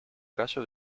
caso